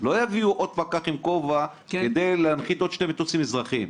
לא יביאו עוד פקח עם כובע כדי להנחית עוד שני מטוסים אזרחיים.